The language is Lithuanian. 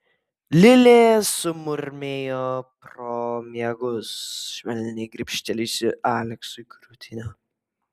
lilė sumurmėjo pro miegus švelniai gribštelėjusi aleksui krūtinę